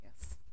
Yes